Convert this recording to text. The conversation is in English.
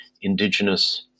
Indigenous